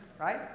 Right